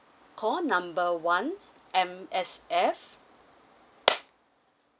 call number one M_S_F